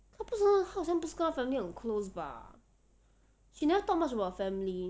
她不知道她好像不是跟她的 family 很 close bah she never talk much about family